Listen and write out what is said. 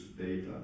data